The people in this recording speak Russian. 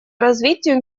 развитию